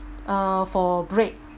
uh for bread